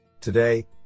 Today